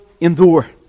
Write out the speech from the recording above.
endure